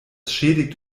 schädigt